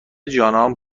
جانا